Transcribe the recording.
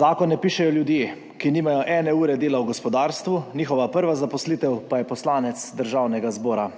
Zakone pišejo ljudje, ki nimajo ene ure dela v gospodarstvu, njihova prva zaposlitev pa je poslanec Državnega zbora.